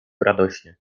radośnie